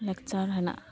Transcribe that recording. lecture ᱦᱮᱱᱟᱜ